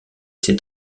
s’est